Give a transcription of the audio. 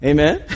Amen